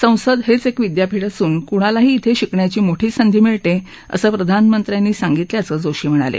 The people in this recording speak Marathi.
संसद हेय एक विद्यापिठ असून कुणालाही इथे शिकण्याची मोठी संधी मिळते असं प्रधानमंत्र्यांनी सांगितल्याचं जोशी म्हणाले